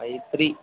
five three